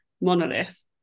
monolith